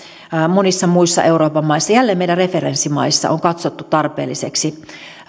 monissa muissa euroopan maissa jälleen meidän referenssimaissamme on katsottu tarpeelliseksi